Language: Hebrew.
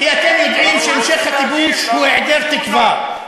כי אתם יודעים שהמשך הכיבוש הוא היעדר תקווה.